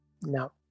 no